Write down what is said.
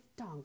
Dongle